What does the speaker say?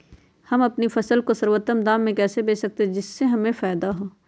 हम अपनी फसल को सर्वोत्तम दाम में कैसे बेच सकते हैं जिससे हमें फायदा हो?